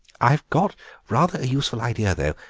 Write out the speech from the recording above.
i've got rather a useful idea, though.